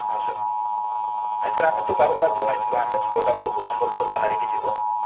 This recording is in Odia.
ହଁ ସାର୍ ନାହିଁ ସାର୍ ଆମେ ତ ବାରମ୍ବାର ଜଣାଇଥିଲୁ ଆମେ ଛଅଟା ବେଳକୁ ସମ୍ବଲପୁର ବାହାରିକି ଯିବୁ